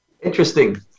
interesting